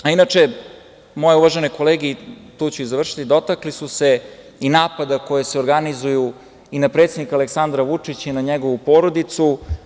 Moje uvažene kolege, tu ću i završiti, dotakle su se i napada koji se organizuju i na predsednika Aleksandra Vučića i na njegovu porodicu.